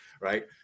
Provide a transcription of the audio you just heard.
right